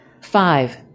Five